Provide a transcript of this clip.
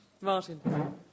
Martin